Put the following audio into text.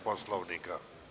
Poslovnika?